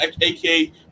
aka